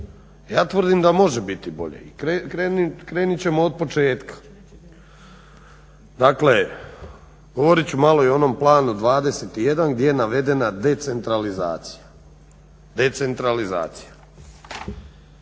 Ja tvrdim da može biti bolje i krenut ćemo od početka, dakle govorit ću malo i o onom Planu 21 gdje je navedena decentralizacija. U samom